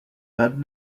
but